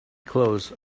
clothes